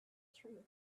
through